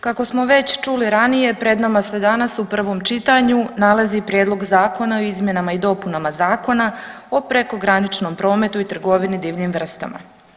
Kako smo već čuli ranije pred nama se danas u prvom čitanju nalazi Prijedlog zakona o izmjenama i dopunama Zakona o prekograničnom prometu i trgovini divljim vrstama.